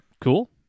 cool